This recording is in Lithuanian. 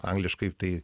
angliškai tai